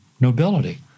nobility